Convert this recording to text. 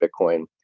Bitcoin